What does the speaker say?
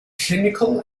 clinical